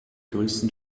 größten